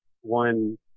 one